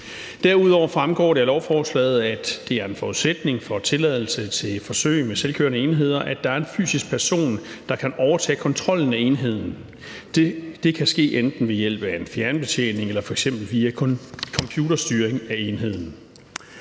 Derudover fremgår det af lovforslaget, at det er en forudsætning for tilladelse til forsøg med selvkørende enheder, at der er en fysisk person, der kan overtage kontrollen af enheden, og det kan ske enten ved hjælp af en fjernbetjening eller via f.eks. computerstyring af enheden.